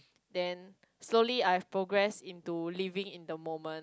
then slowly I progress into living in the moment